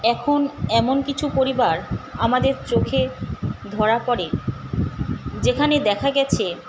এখন এমন কিছু পরিবার আমাদের চোখে ধরা পড়ে যেখানে দেখা গিয়েছে